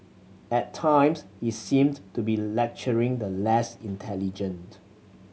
at times he seemed to be lecturing the less intelligent